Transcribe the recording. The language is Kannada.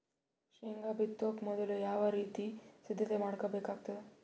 ಶೇಂಗಾ ಬಿತ್ತೊಕ ಮೊದಲು ಯಾವ ರೀತಿ ಸಿದ್ಧತೆ ಮಾಡ್ಬೇಕಾಗತದ?